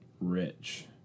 rich